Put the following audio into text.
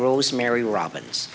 rosemary robins